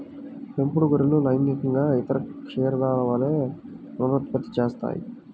పెంపుడు గొర్రెలు లైంగికంగా ఇతర క్షీరదాల వలె పునరుత్పత్తి చేస్తాయి